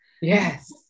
Yes